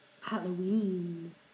Halloween